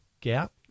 gap